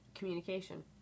communication